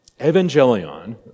evangelion